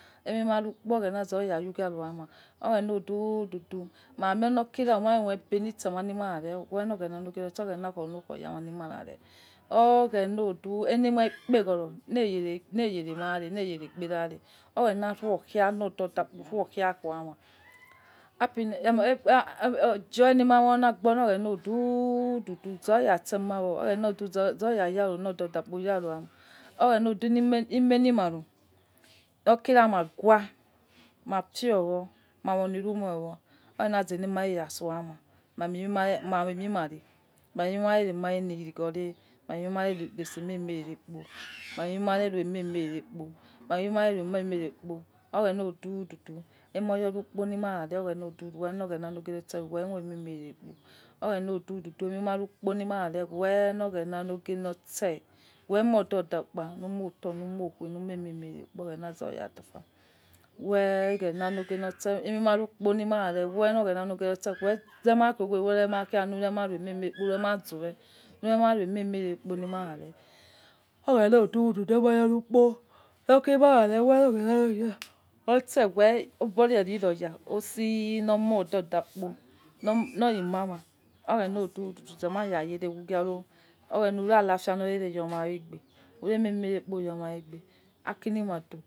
Emi marukpo oghena zoya yaro yama oghena odududu maha moi omama oloebe lisama wewe loghena logie loseh oghena kholo kho yama oghena odu ele moi ikpeghoo lere maire lere gberera oghena khofia lo odada kpo khofia lododa reh happiness, enjon lima ru olegbona zoya semawo oghena ne lodada kpo lore oghenerodu ai ma, imire lima ru, lokere maghue mafio wa wuni inumi yo oghena zele mai ya so'ana ma mire mi maa, ma mie mi ma re li loigwo ne ma mire mi mai itsese mi re re kpo, ma mie mi ma re itse menre rere kpo oghena odududu ami mon re onie ghai itse se kpo lima re re oghena odududu ami ma ai lima re welegho oghena logie itse lume re meme kpo were urema khoghue weru rema khoghue weru re ma zowel ememe re kpo liware weloghena lofie emi ma ru kpo lima re weloyhena logie lotse wehi nems zowel werehia khai werena remi irere kpo lima re. oghena odududu imi ma nikpo okina mare wehuse obore liroya obore lira ya osi lomo doda kpo loci mama oghena zema da yari ughuaro ura afia lome re yoma agbe aki.